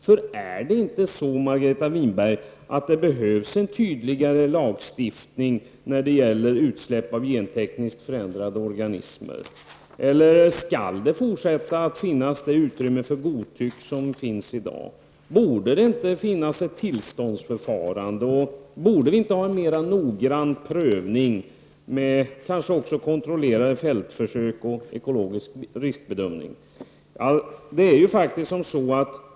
Behövs det inte, Margareta Winberg, en tydligare lagstiftning när det gäller utsläpp av gentekniskt förändrade organismer, eller skall utrymme också i fortsättningen finnas för det godtycke som finns i dag? Borde det inte finnas ett tillståndsförfarande och borde vi inte ha en mer noggrann prövning, kanske med kontrollerade fältförsök och ekologisk riskbedömning?